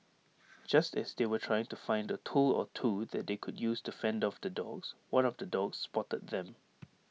just as they were trying to find A tool or two that they could use to fend off the dogs one of the dogs spotted them